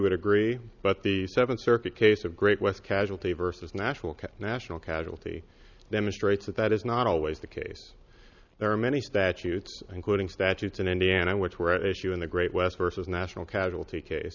would agree but the seven circuit case of great west casualty vs national cap national casualty demonstrates that that is not always the case there are many statutes including statutes in indiana which were at issue in the great west versus national casualty case